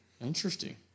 Interesting